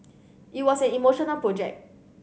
it was an emotional project